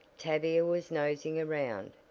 tavia was nosing around,